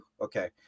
okay